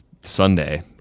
sunday